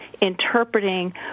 interpreting